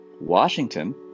Washington